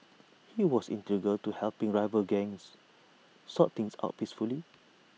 he was integral to helping rival gangs sort things out peacefully